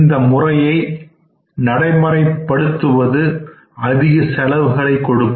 இந்த முறையை நடைமுறைப்படுத்துவதுஅதிக செலவுகளை கொடுக்கும்